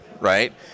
right